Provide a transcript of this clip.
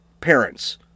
parents